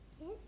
Yes